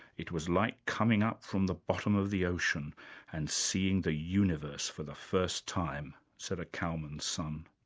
it was like coming up from the bottom of the ocean and seeing the universe for the first time, said a cow man's son.